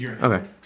Okay